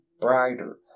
brighter